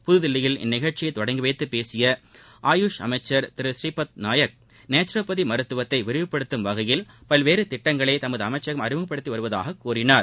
புதுதில்லியில் இந்நிகழ்ச்சியை தொடங்கிவைத்து பேசிய ஆயுஷ் அமைச்சர் திரு ஸ்ரீபத் நாயக் நேச்சுரோபதி மருத்துவத்தை விரிவுப்படுத்தும் வகையில் பல்வேறு திட்டங்களை தமது அமைச்சகம் அறிமுகப்படுத்தி வருவதாக கூறினார்